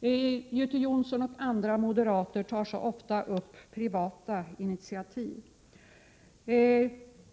Men Göte Jonsson och andra moderater hänvisar ofta till privata initiativ.